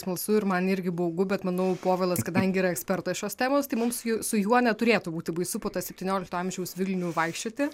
smalsu ir man irgi baugu bet manau povilas kadangi yra ekspertas šios temos tai mums jų su juo neturėtų būti baisu po tą septyniolikto amžiaus vilnių vaikščioti